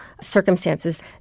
circumstances